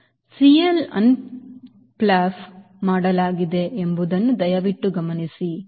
Cl ಅನ್ನು ಅನ್ ಫ್ಲಾಪ್ ಮಾಡಲಾಗಿದೆ ಎಂಬುದನ್ನು ದಯವಿಟ್ಟು ಗಮನಿಸಿ